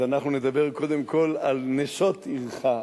אז אנחנו נדבר קודם כול על נשות עירך,